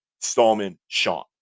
Stallman-Sean